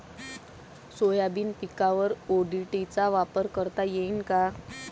Soybean पिकावर ODT चा वापर करता येईन का?